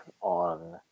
on